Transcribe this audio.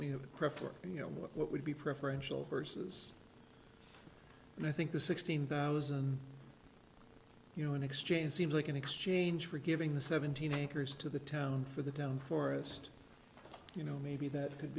a preference you know what would be preferential versus and i think the sixteen thousand you know in exchange seems like in exchange for giving the seventeen acres to the town for the town forest you know maybe that could